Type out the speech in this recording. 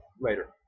later